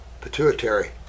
Pituitary